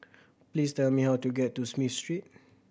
please tell me how to get to Smith Street